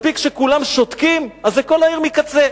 מספיק שכולם שותקים, אז זה, כל העיר מקצה.